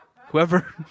Whoever